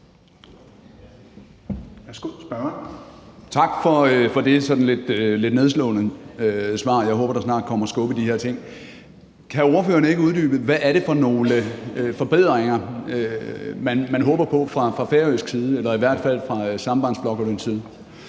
Tak for det sådan lidt nedslående svar. Jeg håber, at der snart kommer skub i de her ting. Kan ordføreren ikke uddybe, hvad det er for nogle forbedringer, man håber på fra færøsk side eller i hvert fald fra Sambandsflokkurins side?